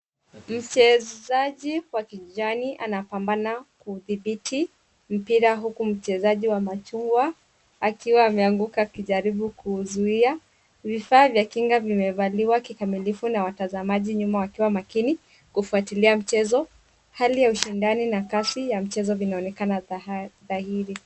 Mchezaji wa kijani anapambana kuudhibiti mpira huku mchezaji wa machungwa akiwa ameanguka akijaribu kuuzuia. Vifaa vya kinga vimevaliwa kikamilifu na watazamaji nyuma wakiwa makini, kufuatilia mchezo. Hali ya ushindani na kasi ya mchezo vinaonekana dhahiri.